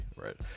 right